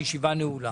הישיבה נעולה.